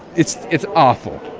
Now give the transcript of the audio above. it's it's awful.